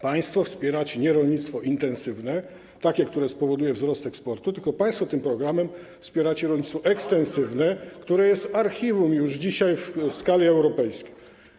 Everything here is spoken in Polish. Państwo wspieracie nie rolnictwo intensywne, takie, które spowoduje wzrost eksportu, tylko państwo tym programem wspieracie rolnictwo ekstensywne, które jest archiwum już dzisiaj w skali europejskiej.